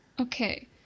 okay